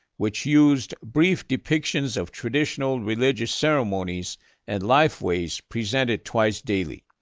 which used brief depictions of traditional religious ceremonies and lifeways presented twice daily.